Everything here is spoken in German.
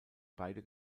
beide